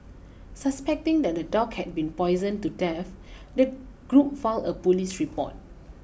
suspecting that the dog had been poisoned to death the group filed a police report